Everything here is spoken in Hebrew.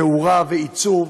תאורה ועיצוב,